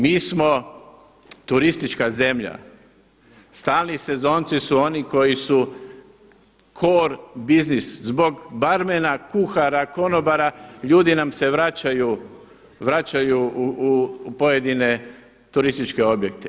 Mi smo turistička zemlja, stalni sezonci su oni koji su core business zbog barmena, kuhara, konobara, ljudi nam se vraćaju u pojedine turističke objekte.